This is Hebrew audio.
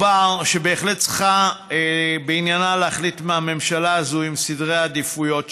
שבהחלט בעניינה הממשלה הזאת צריכה להחליט על סדרי העדיפויות שלה,